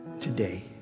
today